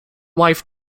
wife